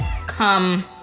come